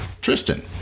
Tristan